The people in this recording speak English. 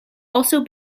also